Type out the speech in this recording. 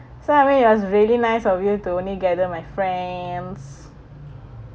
so I mean you are really nice of you to only gather my friends